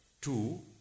two